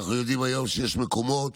אנחנו יודעים שיש כיום מקומות